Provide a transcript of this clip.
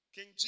King